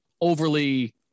overly